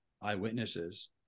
eyewitnesses